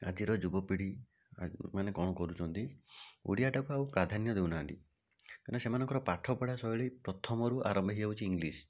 ଆଜିର ଯୁବପିଢ଼ିମାନେ କ'ଣ କରୁଛନ୍ତି ଓଡ଼ିଆଟାକୁ ଆଉ ପ୍ରାଧାନ୍ୟ ଦେଉନାହାଁନ୍ତି କାରଣ ସେମାନଙ୍କର ପାଠପଢ଼ା ଶୈଳୀ ପ୍ରଥମରୁ ଆରମ୍ଭ ହେଇଯାଉଛି ଇଂଲିଶ